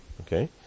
Okay